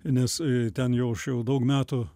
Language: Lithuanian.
nes ten jau aš jau daug metų